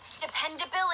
dependability